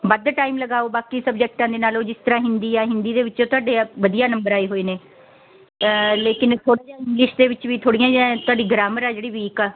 ਵੱਧ ਟਾਈਮ ਲਗਾਓ ਬਾਕੀ ਸਬਜੈਕਟਾਂ ਦੇ ਨਾਲੋਂ ਜਿਸ ਤਰ੍ਹਾਂ ਹਿੰਦੀ ਆ ਹਿੰਦੀ ਦੇ ਵਿੱਚੋਂ ਤੁਹਾਡੇ ਵਧੀਆ ਨੰਬਰ ਆਏ ਹੋਏ ਨੇ ਲੇਕਿਨ ਥੋੜ੍ਹਾ ਇੰਗਲਿਸ਼ ਦੇ ਵਿੱਚ ਵੀ ਥੋੜ੍ਹੀਆਂ ਜਿਹੀਆਂ ਤੁਹਾਡੀ ਗ੍ਰਾਮਰ ਆ ਜਿਹੜੀ ਵੀਕ ਆ